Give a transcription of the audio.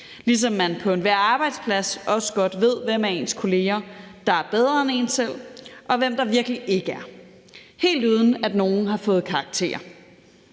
ligesom man på enhver arbejdsplads også godt ved, hvem af ens kolleger der er bedre end en selv, og hvem der virkelig ikke er – helt uden at nogen har fået karakter.